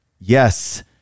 Yes